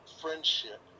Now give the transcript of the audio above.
friendship